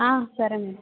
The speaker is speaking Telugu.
సరే మ్యాడం